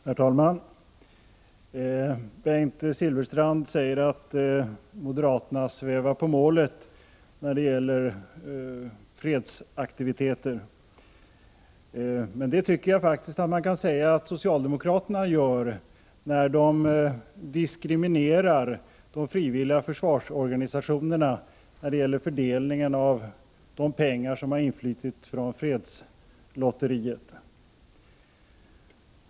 Herr talman! Bengt Silfverstrand säger att moderaterna svävar på målet när det gäller fredsaktiviteter, men jag tycker faktiskt att det är socialdemokraterna som gör det, nämligen när de diskriminerar de frivilliga försvarsorganisationerna vid fördelningen av de pengar som har influtit från fredslotteriet.